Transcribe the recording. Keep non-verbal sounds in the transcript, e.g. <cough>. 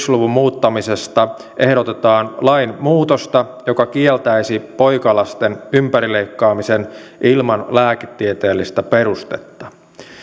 <unintelligible> luvun muuttamisesta ehdotetaan lainmuutosta joka kieltäisi poikalasten ympärileikkaamisen ilman lääketieteellistä perustetta